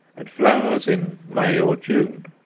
and flowers in may or june.